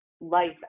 life